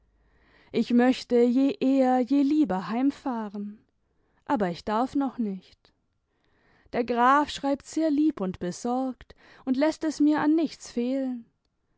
ich möchte je eher je lieber heimfahren aber ich darf noch nicht der graf schreibt sehr lieb und besorgt und läßt es mir an nichts fehlen